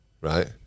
right